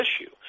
issue